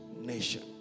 nation